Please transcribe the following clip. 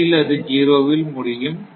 இறுதியில் அது 0 இல் முடியும்